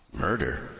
murder